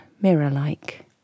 mirror-like